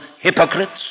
hypocrites